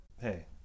hey